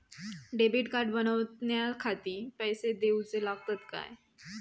Debit card बनवण्याखाती पैसे दिऊचे लागतात काय?